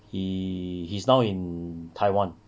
he he's now in taiwan